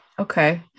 Okay